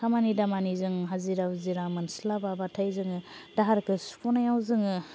खामानि दामानि जों हाजिरा हुजिरा मोनस्लाबाबाथाय जोङो दाहारखौ सुख'नायाव जोङो